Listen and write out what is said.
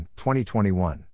2021